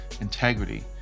integrity